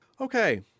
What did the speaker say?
Okay